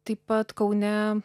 taip pat kaune